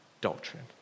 Doctrine